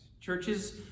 Churches